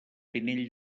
pinell